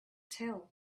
tell